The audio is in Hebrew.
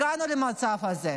הגענו למצב הזה.